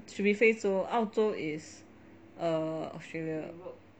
should be 非洲 cause 澳洲 is err Australia